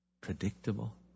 predictable